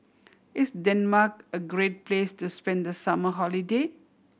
is Denmark a great place to spend the summer holiday